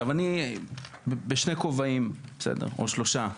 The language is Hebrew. אני בשני כובעים, או שלושה.